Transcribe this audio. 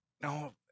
no